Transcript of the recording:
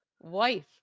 wife